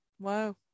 Wow